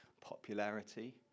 popularity